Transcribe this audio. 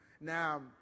Now